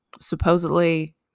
Supposedly